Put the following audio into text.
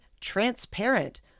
transparent